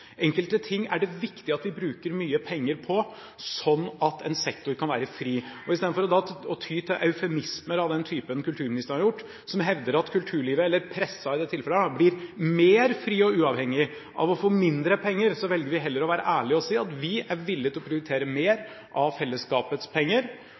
enkelte ting er det viktig at vi bruker mye penger på, sånn at en sektor kan være fri. Istedenfor å ty til eufemismer av den typen kulturministeren har gjort, som hevder at kulturlivet – eller pressen i dette tilfellet – blir mer fri og uavhengig av å få mindre penger, velger vi heller å være ærlig og si at vi er villig til å prioritere